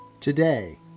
Today